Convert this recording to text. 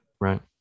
Right